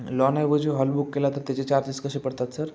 लॉनऐवजी hall book केला तर त्याचे चार्जेस कसे पडतात सर